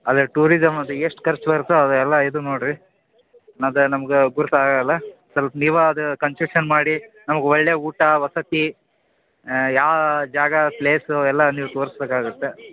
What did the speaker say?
ಅದೇ ಟೂರಿಸಮ್ ಅದು ಎಷ್ಟು ಖರ್ಚ್ ಬರುತ್ತೋ ಅದು ಎಲ್ಲ ಇದು ನೋಡಿರಿ ಅದು ನಮ್ಗೆ ಗುರ್ತಾಗಲ್ಲ ಸ್ವಲ್ಪ್ ನೀವಾ ಅದು ಕನ್ಸೆಕ್ಷನ್ ಮಾಡಿ ನಮ್ಗೆ ಒಳ್ಳೆಯ ಊಟ ವಸತಿ ಯಾ ಜಾಗ ಪ್ಲೇಸು ಎಲ್ಲ ನೀವು ತೋರಿಸಬೇಕಾಗುತ್ತೆ